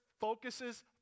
focuses